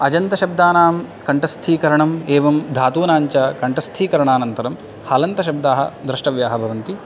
अजन्तशब्दानां कण्टस्थीकरणम् एवं धातूनां च कण्टस्थीकरणानन्तरं हलन्तशब्दाः द्रष्टव्याः भवन्ति